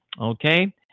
Okay